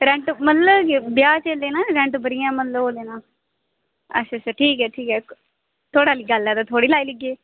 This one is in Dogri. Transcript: रेट मतलब ब्याह् च लैना रेट जां ओह् लैना ठीक ऐ ठीक ऐ थुआढ़ी गल्ल ऐ ते होर लाई लैगे